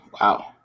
Wow